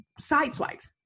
sideswiped